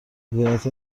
حکایت